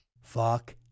fuck